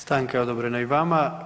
Stanka je odobrena i vama.